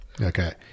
Okay